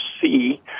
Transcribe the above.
see